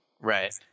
Right